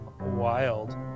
Wild